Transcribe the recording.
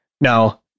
now